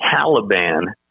Taliban